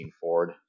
Ford